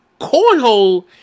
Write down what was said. Cornhole